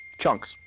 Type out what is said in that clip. Chunks